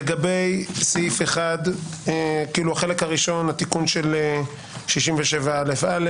לגבי החלק הראשון, שזה תיקון של סעיף 67א(א)